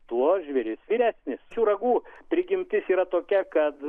tuo žvėris vyresnis jų ragų prigimtis yra tokia kad